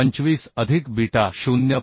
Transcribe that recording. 25 अधिक बीटा 0